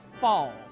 fall